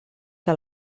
que